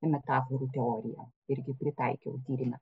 metaforų teoriją irgi pritaikiau tyrime